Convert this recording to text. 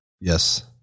Yes